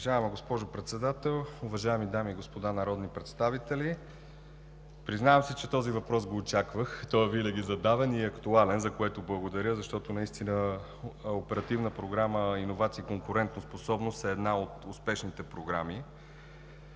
Уважаема госпожо Председател, уважаеми дами и господа народни представители! Признавам си, че този въпрос го очаквах, той е винаги задаван и е актуален, за което благодаря, защото наистина Оперативна програма „Иновации и конкурентоспособност“ е една от успешните програми.